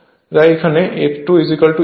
তাই এখানে f2Sf হবে